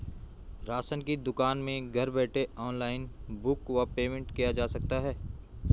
Ration की दुकान में घर बैठे ऑनलाइन बुक व पेमेंट किया जा सकता है?